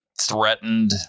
threatened